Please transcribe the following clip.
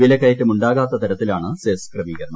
വിലക്കയറ്റമുണ്ടാകാത്ത തരത്തിലാണ് സെസ് ക്രമീകരണം